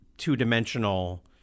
two-dimensional